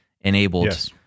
enabled